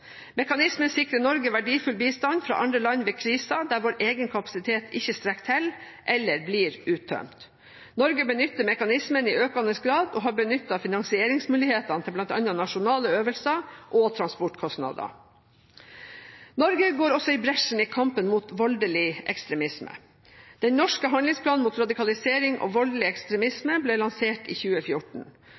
Mekanismen sikrer Norge verdifull bistand fra andre land ved kriser der vår egen kapasitet ikke strekker til eller blir uttømt. Norge benytter mekanismen i økende grad og har benyttet finansieringsmulighetene til bl.a. nasjonale øvelser og transportkostnader. Norge går også i bresjen i kampen mot voldelig ekstremisme. Den norske handlingsplanen mot radikalisering og voldelig ekstremisme ble lansert i 2014.